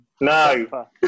No